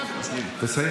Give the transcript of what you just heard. תודה רבה.